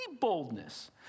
boldness